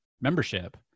membership